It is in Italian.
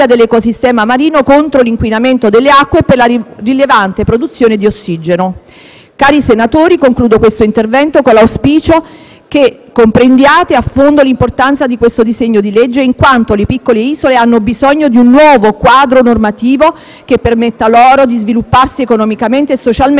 dell'ecosistema marino contro l'inquinamento delle acque e per la rilevante produzione di ossigeno. Cari senatori, concludo questo intervento con l'auspicio che comprendiate a fondo l'importanza del disegno di legge in esame, in quanto le piccole isole hanno bisogno di un nuovo quadro normativo, che permetta loro di svilupparsi economicamente e socialmente